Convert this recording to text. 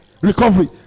Recovery